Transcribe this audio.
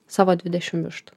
savo dvidešim vištų